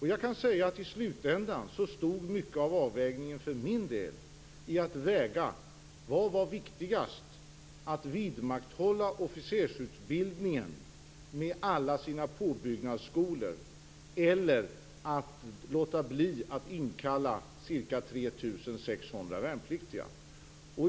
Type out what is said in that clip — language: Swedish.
I slutändan handlade det för min del i hög grad om en avvägning av vad som var viktigast - att vidmakthålla officersutbildningen med alla dess påbyggnadsskolor eller att låta bli att inkalla ca 3 600 värnpliktiga.